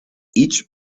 each